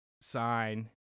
sign